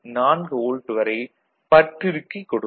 4 volt வரை பற்றிறுக்கிக் கொடுக்கும்